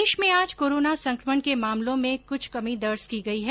प्रदेश में आज कोरोना संकमण के मामलों में कुछ दर्ज की गई है